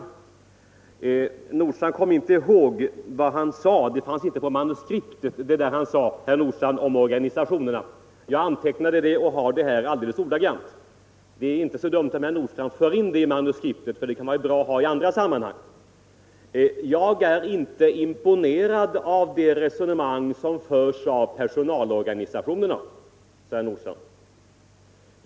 Herr Nordstrandh kom inte ihåg vad han sade om personalorganisationerna — det fanns inte i manuskriptet. Jag antecknade det och har det här alldeles ordagrant. Det är inte så dumt om herr Nordstrandh för in det i manuskriptet — det kan vara bra att ha i andra sammanhang. Herr Nordstrandh sade: ”Jag är inte imponerad av det resonemang som förs av personalorganisationerna.